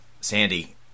Sandy